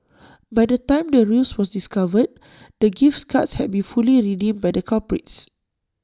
by the time the ruse was discovered the gifts cards had been fully redeemed by the culprits